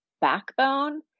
backbone